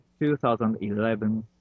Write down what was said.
2011